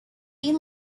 been